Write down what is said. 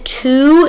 two